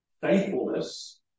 faithfulness